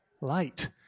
Light